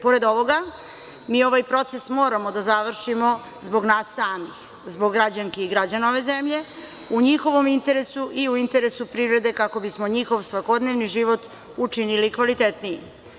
Pored ovoga, mi ovaj proces moramo da završimo zbog nas samih, zbog građanki i građana ove zemlje, u njihovom interesu i u interesu privrede kako bi smo njihov svakodnevni život učinili kvalitetnijim.